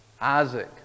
Isaac